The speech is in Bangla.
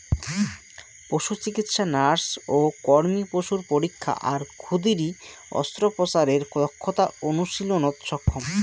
পশুচিকিৎসা নার্স ও কর্মী পশুর পরীক্ষা আর ক্ষুদিরী অস্ত্রোপচারের দক্ষতা অনুশীলনত সক্ষম